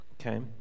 okay